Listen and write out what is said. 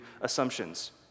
assumptions